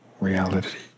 reality